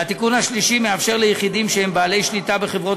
והתיקון השלישי מאפשר ליחידים שהם בעלי שליטה בחברות